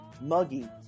muggy